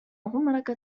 عمرك